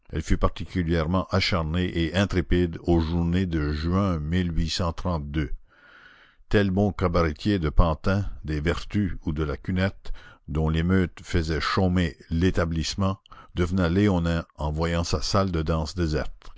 particulièrement acharnée et intrépide aux journées de juin tel bon cabaretier de pantin des vertus ou de la cunette dont l'émeute faisait chômer l'établissement devenait léonin en voyant sa salle de danse déserte